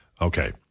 Okay